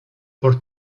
por